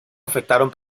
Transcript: afectaron